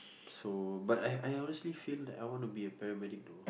so but I I honestly feel that I want to be a paramedic though